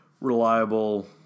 reliable